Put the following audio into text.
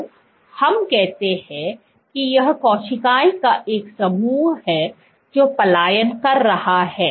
तो हम कहते हैं कि यह कोशिकाओं का एक समूह है जो पलायन कर रहा है